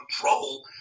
control